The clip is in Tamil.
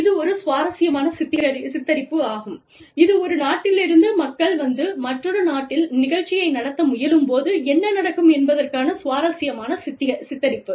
இது ஒரு சுவாரஸ்யமான சித்தரிப்பு ஆகும் இது ஒரு நாட்டிலிருந்து மக்கள் வந்து மற்றொரு நாட்டில் நிகழ்ச்சியை நடத்த முயலும்போது என்ன நடக்கும் என்பதற்கான சுவாரஸ்யமான சித்தரிப்பு